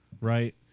right